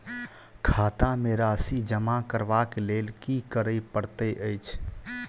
खाता मे राशि जमा करबाक लेल की करै पड़तै अछि?